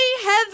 heaven